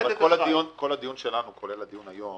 כל הדיון שלנו, כולל הדיון היום